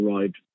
arrived